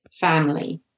family